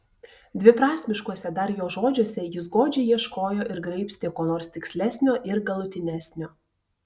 dviprasmiškuose dar jo žodžiuose jis godžiai ieškojo ir graibstė ko nors tikslesnio ir galutinesnio